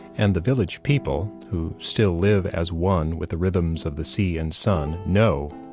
and the village people, who still live as one with the rhythms of the sea and sun, know,